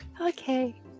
Okay